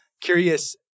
curious